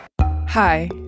Hi